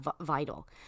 vital